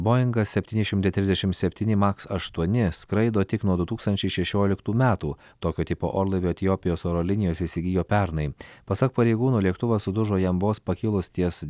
boingas septyni šimtai trisdešim septyni maks aštuoni skraido tik nuo du tūkstančiai šešioliktų metų tokio tipo orlaivio etiopijos oro linijos įsigijo pernai pasak pareigūno lėktuvas sudužo jam vos pakilus ties